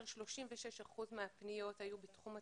36 אחוזים מהפניות היו בתחום התיירות,